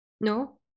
No